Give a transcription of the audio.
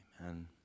Amen